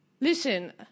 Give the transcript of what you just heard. Listen